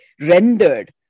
rendered